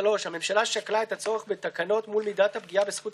בשלוש השנים הקרובות בתמיכה ברשויות